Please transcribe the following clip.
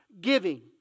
Giving